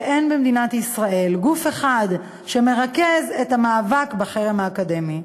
שאין במדינת ישראל גוף אחד שמרכז את המאבק בחרם האקדמי.